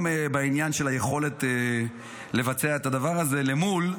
בעניין של היכולת לבצע את הדבר הזה למול,